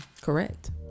Correct